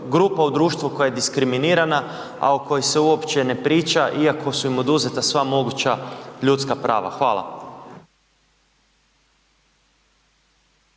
grupa u društvu koja je diskriminirana a o kojoj se uopće ne priča i ako su im oduzeta sva moguća ljudska prava. Hvala.